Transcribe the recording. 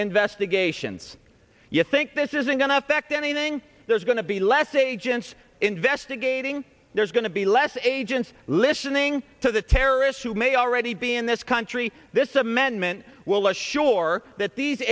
investigations you think this isn't going to affect anything there's going to be less agents investigating there's going to be less agents listening to the terrorists who may already be in this country this amendment will ensure that these